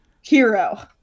hero